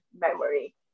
memory